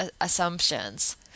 assumptions